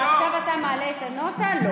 לא, עכשיו אתה מעלה את, לא.